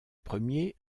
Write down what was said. premier